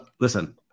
listen